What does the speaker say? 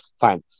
fine